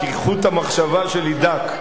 כי חוט המחשבה שלי דק.